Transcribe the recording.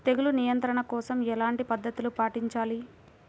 తెగులు నియంత్రణ కోసం ఎలాంటి పద్ధతులు పాటించాలి?